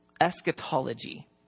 eschatology